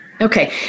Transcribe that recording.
Okay